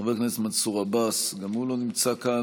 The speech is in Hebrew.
חבר הכנסת מנסור עבאס, גם הוא לא נמצא כאן.